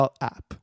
app